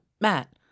Matt